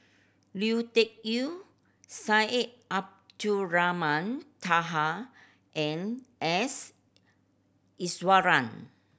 Lui Tuck Yew Syed Abdulrahman Taha and S Iswaran